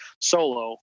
solo